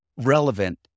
relevant